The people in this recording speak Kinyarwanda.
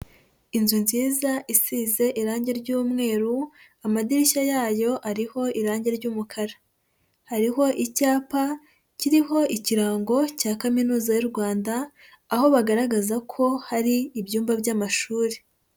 Inzu nziza isize irangi ry'umweru amadirishya yayo ariho irangi ry'umukara, hariho icyapa kiriho ikirango cya kaminuza y'u Rwanda aho bagaragaza ko hari ibyumba by'amashuri.